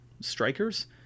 Strikers